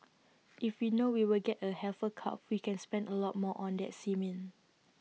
if we know we will get A heifer calf we can spend A lot more on that semen